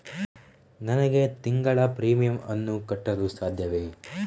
ನನಗೆ ತಿಂಗಳ ಪ್ರೀಮಿಯಮ್ ಅನ್ನು ಕಟ್ಟಲು ಸಾಧ್ಯವೇ?